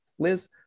Liz